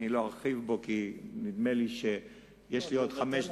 אני לא ארחיב בו כי נדמה לי שיש לי עוד חמש דקות.